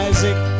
Isaac